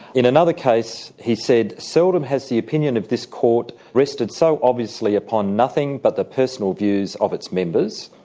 in another case, he said seldom has the opinion of this court rested so obviously upon nothing but the personal views of its members,